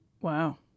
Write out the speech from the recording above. Wow